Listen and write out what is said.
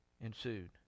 ensued